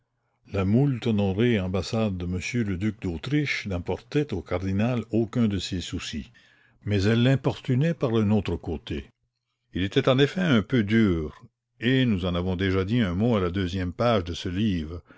la moult honorée ambassade de monsieur le duc d'autriche n'apportait au cardinal aucun de ces soucis mais elle l'importunait par un autre côté il était en effet un peu dur et nous en avons déjà dit un mot à la deuxième page de ce livre